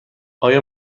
آیا